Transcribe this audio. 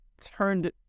turned